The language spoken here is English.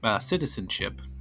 citizenship